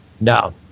No